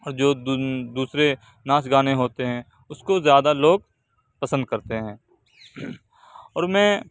اور جو دوسرے ناچ گانے ہوتے ہیں اُس كو زیادہ لوگ پسند كرتے ہیں اور میں